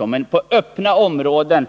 Men att i öppna områden